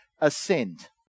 Ascend